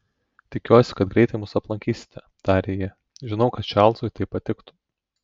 tikiuosi kad greitai mus aplankysite tarė ji žinau kad čarlzui tai patiktų